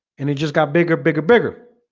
and it just got bigger bigger bigger